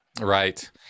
Right